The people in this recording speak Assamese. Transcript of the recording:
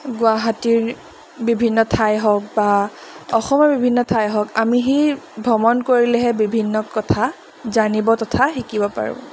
গুৱাহাটীৰ বিভিন্ন ঠাই হওক বা অসমৰ বিভিন্ন ঠাই হওক আমি সেই ভ্ৰমণ কৰিলেহে বিভিন্ন কথা জানিব তথা শিকিব পাৰোঁ